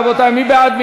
רבותי, מי בעד?